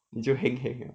你就 heng heng